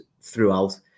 throughout